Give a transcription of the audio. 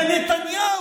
ונתניהו,